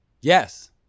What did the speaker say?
Yes